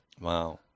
Wow